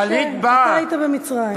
שאתה היית במצרים.